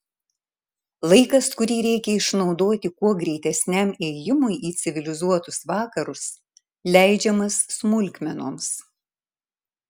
laikas kurį reikia išnaudoti kuo greitesniam ėjimui į civilizuotus vakarus leidžiamas smulkmenoms